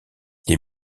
les